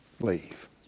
leave